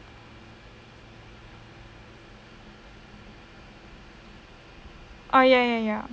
oh ya ya ya